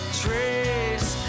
trace